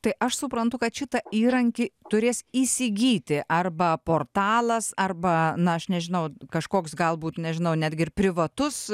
tai aš suprantu kad šitą įrankį turės įsigyti arba portalas arba na aš nežinau kažkoks galbūt nežinau netgi ir privatus